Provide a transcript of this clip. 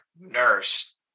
nurse